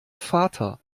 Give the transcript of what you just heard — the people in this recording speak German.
vater